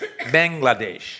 Bangladesh